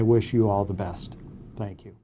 i wish you all the best thank you